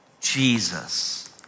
Jesus